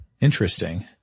Interesting